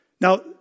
Now